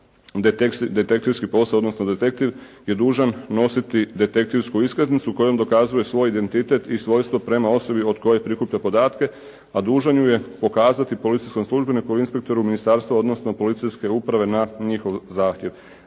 obavlja detektivski posao odnosno detektiv je dužan nositi detektivsku iskaznicu kojom dokazuje svoj identitet i svojstvo prema osobi od koje prikuplja podatke, a dužan ju je pokazati policijskom službeniku, inspektoru, ministarstvu odnosno policijske uprave na njihov zahtjev.